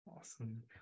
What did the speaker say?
Awesome